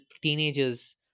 teenagers